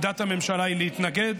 עמדת הממשלה היא להתנגד.